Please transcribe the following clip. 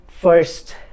first